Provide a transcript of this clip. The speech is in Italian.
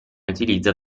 utilizza